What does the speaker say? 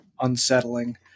unsettling